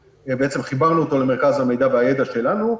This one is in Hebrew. שחיברנו אותו למרכז המידע והידע שלנו,